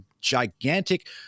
gigantic –